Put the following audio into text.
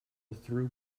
through